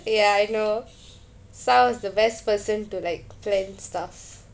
ya I know sal's the best person to like plan stuff